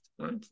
right